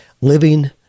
living